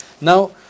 now